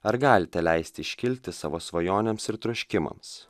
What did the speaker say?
ar galite leisti iškilti savo svajonėms ir troškimams